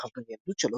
חבר ילדות שלו,